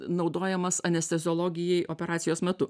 naudojamas anesteziologijai operacijos metu